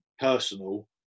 personal